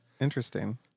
interesting